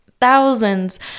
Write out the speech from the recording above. thousands